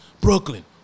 Brooklyn